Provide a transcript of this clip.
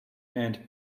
and